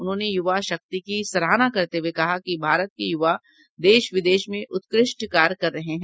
उन्होंने यूवा शक्ति की सराहना करते हुए कहा कि भारत के युवा देश विदेश में उत्कृष्ट कार्य कर रहे हैं